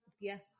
yes